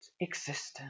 existence